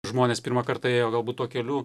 žmonės pirmą kartą ėjo galbūt tuo keliu